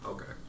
Okay